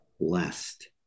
blessed